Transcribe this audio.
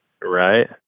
right